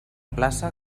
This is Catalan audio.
plaça